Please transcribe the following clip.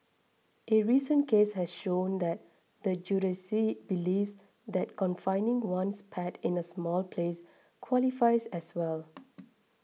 a recent case has shown that the judiciary believes that confining one's pet in a small place qualifies as well